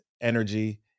energy